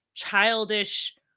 childish